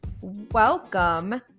Welcome